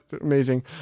amazing